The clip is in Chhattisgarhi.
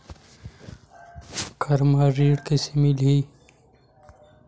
कार म ऋण कइसे मिलही?